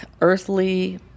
earthly